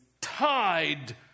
tied